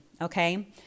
Okay